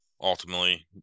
ultimately